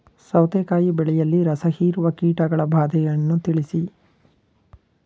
ಸೌತೆಕಾಯಿ ಬೆಳೆಯಲ್ಲಿ ರಸಹೀರುವ ಕೀಟಗಳ ಬಾಧೆಯನ್ನು ತಿಳಿಸಿ?